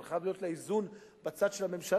אבל חייב להיות לה איזון בצד של הממשלה,